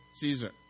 Caesar